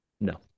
No